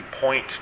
point